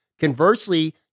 Conversely